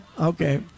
Okay